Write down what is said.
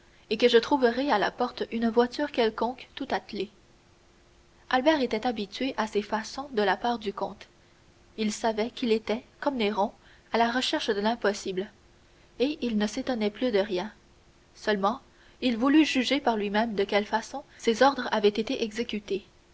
et que je trouverai à la porte une voiture quelconque tout attelée albert était habitué à ces façons de la part du comte il savait qu'il était comme néron à la recherche de l'impossible et il ne s'étonnait plus de rien seulement il voulut juger par lui-même de quelle façon ses ordres avaient été exécutés